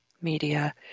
media